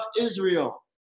Israel